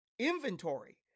Inventory